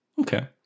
okay